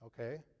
Okay